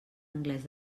anglès